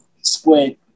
Squid